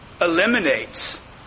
eliminates